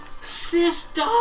sister